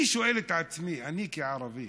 אני שואל את עצמי, אני, כערבי.